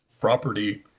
property